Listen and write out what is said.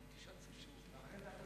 ואחרי זה הכול יהיה בסדר?